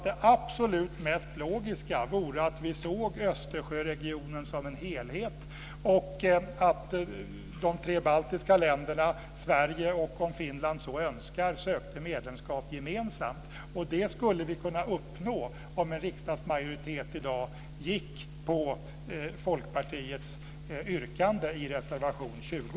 Det absolut mest logiska vore att vi såg Östersjöregionen som en helhet och att de tre baltiska länderna, Sverige och Finland, om de så önskar, sökte medlemskap gemensamt. Det skulle vi kunna uppnå om en riksdagsmajoritet i dag gick på Folkpartiets yrkande i reservation 20.